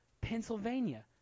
Pennsylvania